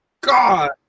God